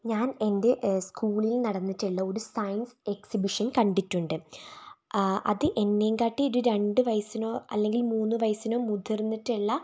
ഞാൻ എൻ്റെ സ്കൂളിൽ നടന്നിട്ടുള്ള ഒരു സയൻസ് എക്സിബിഷൻ കണ്ടിട്ടുണ്ട് അത് എന്നേയും കാട്ടിയൊരു രണ്ടുവയസ്സിനോ അല്ലെങ്കിൽ മൂന്നു വയസ്സിനോ മുതിർന്നിട്ടുള്ള